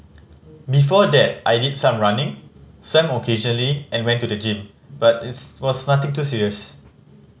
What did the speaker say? before that I did some running occasionally and went to the gym but its was nothing too serious